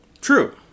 True